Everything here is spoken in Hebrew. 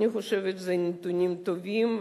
אני חושבת שאלה נתונים טובים,